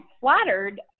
flattered